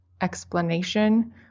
explanation